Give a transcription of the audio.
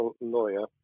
lawyer